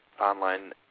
online